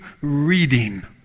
reading